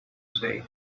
say